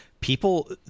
people –